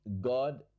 god